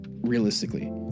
realistically